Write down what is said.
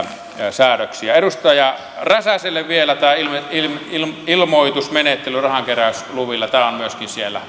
säädöksiä edustaja räsäselle vielä tämä ilmoitusmenettely rahankeräysluvilla on myöskin siellä